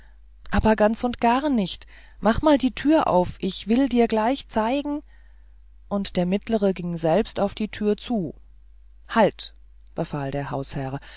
aber ganz und gar nicht mach mal die tür auf ich will dir gleich zeigen und der mittlere ging selbst auf die türe zu halt befahl der hausherr